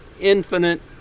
infinite